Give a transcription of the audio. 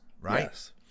right